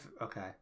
Okay